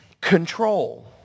control